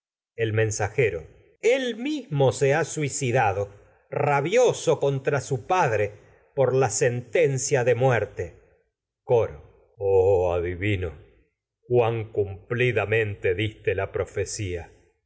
ha mensajero su él mismo se suicidado rabioso contra padre por la sentencia de muerte coro oh adivino cuán cumplidamente diste la profecía el mensajero y